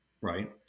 right